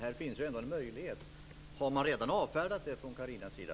Här finns ändå en möjlighet. Har Carina Moberg redan avfärdat detta?